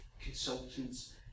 consultants